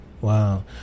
Wow